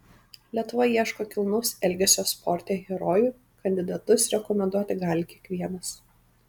lietuva ieško kilnaus elgesio sporte herojų kandidatus rekomenduoti gali kiekvienas